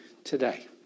Today